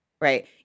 right